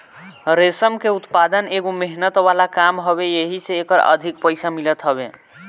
रेशम के उत्पदान एगो मेहनत वाला काम हवे एही से एकर अधिक पईसा मिलत हवे